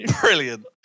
Brilliant